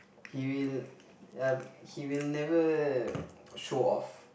he will uh he will never show off